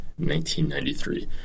1993